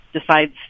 decides